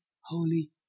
holy